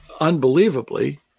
unbelievably